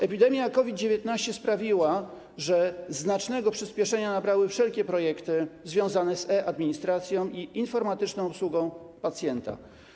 Epidemia COVID-19 sprawiła, że znacznego przyspieszenia nabrały wszelkie projekty związane z e-administracją i informatyczną obsługą pacjenta.